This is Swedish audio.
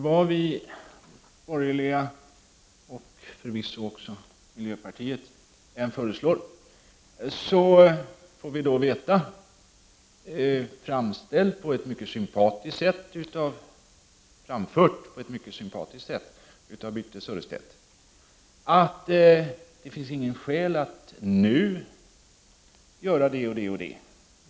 Vad vi borgerliga — och förvisso också miljöpartisterna — än föreslår, får vi veta, framfört på ett mycket sympatiskt sätt av Birthe Sörestedt, att det inte finns skäl att nu göra det och det.